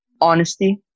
Honesty